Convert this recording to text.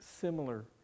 similar